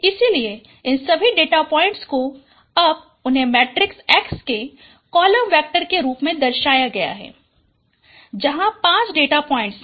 इसलिए इन सभी डेटा पॉइंट्स को अब उन्हें मैट्रिक्स X के कॉलम वेक्टर के रूप में दर्शाया गया है जहाँ 5 डेटा पॉइंट्स हैं